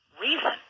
reason